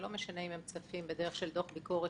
ולא משנה אם הם צפים בדרך של דוח ביקורת